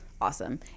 Awesome